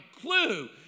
clue